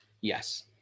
yes